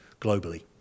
globally